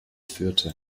führte